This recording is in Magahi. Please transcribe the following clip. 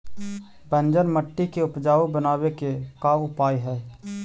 बंजर मट्टी के उपजाऊ बनाबे के का उपाय है?